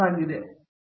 professor